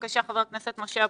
בבקשה, חבר הכנסת משה אבוטבול,